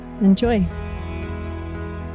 enjoy